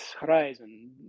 horizon